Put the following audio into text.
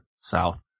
South